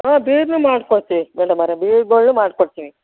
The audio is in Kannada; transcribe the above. ಹ್ಞೂ ಬೀರ್ನು ಮಾಡಿಕೊಡ್ತಿವಿ ಮೇಡಮೋರೆ ಬೀರ್ಗಳನ್ನು ಮಾಡಿಕೊಡ್ತಿವಿ